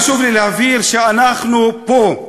חשוב לי להבהיר שאנחנו פה,